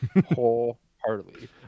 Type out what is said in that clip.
wholeheartedly